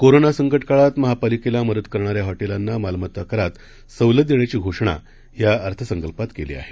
corona संकट काळात महापालिकेला मदत करणाऱ्या हॉटेलांना मालमत्ता करात सवलत देण्याची घोषणा या अर्थसंकल्पात केली आहे